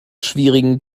schwierigen